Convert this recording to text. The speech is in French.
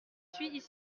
suis